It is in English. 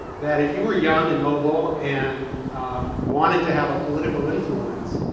that if you were young and mobile, and wanting to have a political influence,